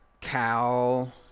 cow